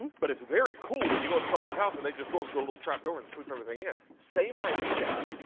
but it's very cool when you go to someone's house and they go up to a little trap door and sweep everything in. same idea,